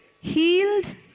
healed